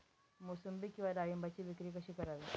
मोसंबी किंवा डाळिंबाची विक्री कशी करावी?